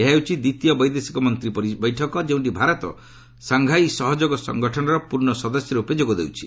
ଏହା ହେଉଛି ଦ୍ୱିତୀୟ ବୈଦେଶିକ ମନ୍ତ୍ରୀ ପରିଷଦ ବୈଠକ ଯେଉଁଠି ଭାରତ ସାଙ୍ଘାଇ ସହଯୋଗ ସଙ୍ଗଠନର ପୂର୍ଶ୍ଣ ସଦସ୍ୟ ରୂପେ ଯୋଗ ଦେଉଛି